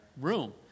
room